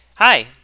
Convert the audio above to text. Hi